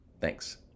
Thanks